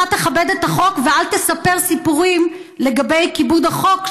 אתה תכבד את החוק ואל תספר סיפורים לגבי כיבוד החוק,